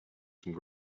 some